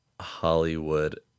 Hollywood